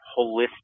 holistic